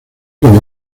con